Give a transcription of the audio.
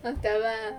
很吊 lah